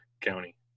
County